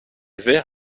verre